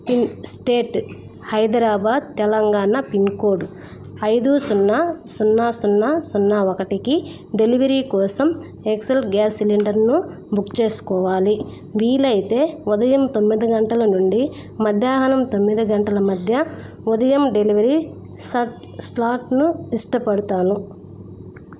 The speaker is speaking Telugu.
pin state Hyderabad Telangana pin code ఐదు సున్నా సున్నా సున్నా సున్నా ఒకటికి డెలివరీ కోసం ఎక్సెల్ గ్యాస్ సిలిండర్ను బుక్ చేసుకోవాలి వీలైతే ఉదయం తొమ్మిది గంటల నుండి మధ్యాహ్నం తొమ్మిది గంటల మధ్య ఉదయం డెలివరీ స్లాట్ను ఇష్టపడతాను